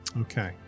Okay